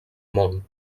mon